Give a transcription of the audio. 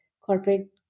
corporate